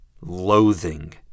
loathing